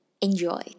Enjoy